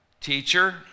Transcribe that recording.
Teacher